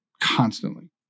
constantly